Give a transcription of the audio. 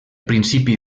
principi